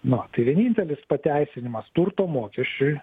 na tai vienintelis pateisinimas turto mokesčiui